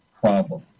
problem